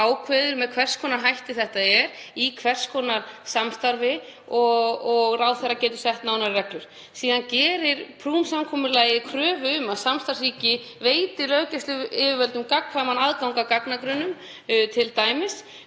ákveður með hvers konar hætti þetta er, í hvers konar samstarfi og ráðherra getur sett nánari reglur. Síðan gerir Prüm-samkomulagið kröfu um að samstarfsríki veiti löggæsluyfirvöldum gagnkvæman aðgang að gagnagrunnum t.d.